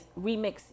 remix